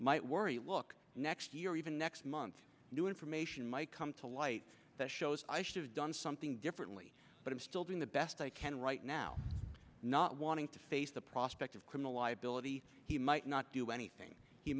might worry look next year or even next month new information might come to light that shows i should have done something differently but i'm still doing the best i can right now not wanting to face the prospect of criminal liability he might not do anything he